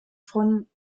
von